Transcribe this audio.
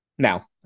Now